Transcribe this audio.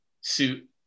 suit